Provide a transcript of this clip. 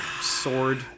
sword